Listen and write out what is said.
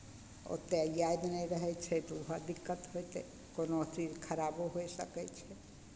ओतेक याद नहि रहै छै बहुत दिक्कत होइ छै कोनो चीज खराबो होय सकै छै